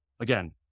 Again